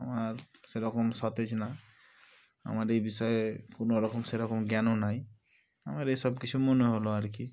আমার সেরকম সতেজ না আমার এই বিষয়ে কোনো রকম সেরকম জ্ঞানও নেই আমার এসব কিছু মনে হলো আর কি